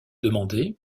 demander